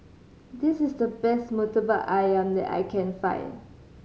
this is the best Murtabak Ayam that I can find